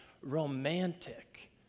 romantic